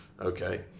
okay